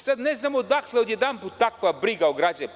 Sada ne znam odakle odjedanput takva briga o građanima?